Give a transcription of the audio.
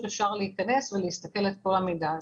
אפשר להיכנס ולהסתכל על כל המידע הזה.